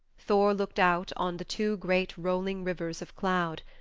thor looked out on the two great rolling rivers of cloud.